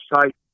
site